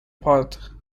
path